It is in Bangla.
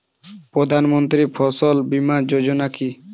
প্রধানমন্ত্রী ফসল বীমা যোজনা কি?